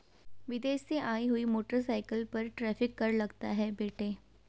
विदेश से आई हुई मोटरसाइकिल पर टैरिफ कर लगता है बेटे